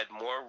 more